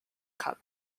cup